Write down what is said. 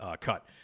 cut